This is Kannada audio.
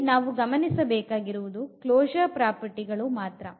ಇಲ್ಲಿ ನಾವು ಗಮನಿಸಬೇಕಾಗಿರುವುದು ಕ್ಲೊಶೂರ್ ಪ್ರಾಪರ್ಟಿ ಗಳು ಮಾತ್ರ